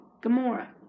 Gamora